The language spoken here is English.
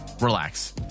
relax